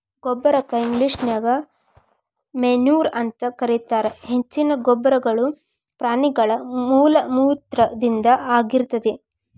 ಗೊಬ್ಬರಕ್ಕ ಇಂಗ್ಲೇಷನ್ಯಾಗ ಮೆನ್ಯೂರ್ ಅಂತ ಕರೇತಾರ, ಹೆಚ್ಚಿನ ಗೊಬ್ಬರಗಳು ಪ್ರಾಣಿಗಳ ಮಲಮೂತ್ರದಿಂದ ಆಗಿರ್ತೇತಿ